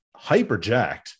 hyperjacked